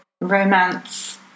romance